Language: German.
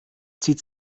zieht